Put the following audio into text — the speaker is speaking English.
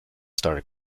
started